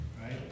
right